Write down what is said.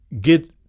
get